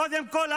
קודם כול,